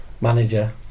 manager